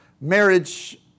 marriage